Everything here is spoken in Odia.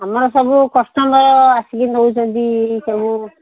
ଆମର ସବୁ କଷ୍ଟମର ଆସିକି ନେଉଛନ୍ତି ସବୁ